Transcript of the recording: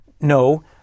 no